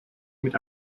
mit